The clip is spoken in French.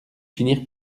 finirent